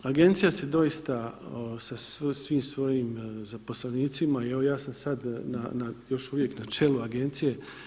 Agencija se doista sa svim svojim zaposlenicima i evo ja sam sad još uvijek na čelu agencije.